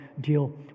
deal